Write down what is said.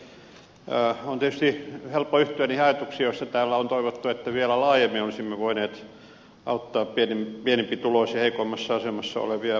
on tietysti helppo yhtyä niihin ajatuksiin joissa täällä on toivottu että vielä laajemmin olisimme voineet auttaa pienempituloisia heikoimmassa asemassa olevia